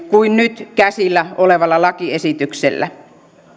kuin nyt käsillä olevalla lakiesityksellä